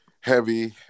heavy